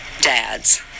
dads